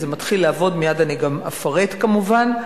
זה מתחיל לעבוד, מייד אני גם אפרט כמובן.